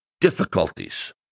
difficulties